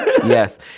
Yes